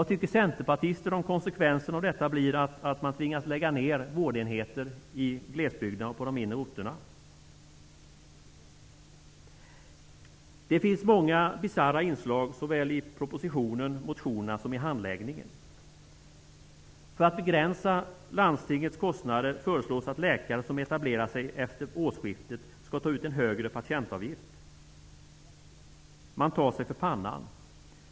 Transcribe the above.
Vad tycker centerpartister om förslaget, om konsekvensen blir att man tvingas lägga ned vårdenheter i glesbygden och på de mindre orterna? Det finns många bisarra inslag såväl i propositionen och motionerna som i handläggningen. För att begränsa landstingens kostnader föreslås att läkare som etablerar sig efter årskiftet skall ta ut en högre patientavgift. Man tar sig för pannan.